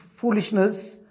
foolishness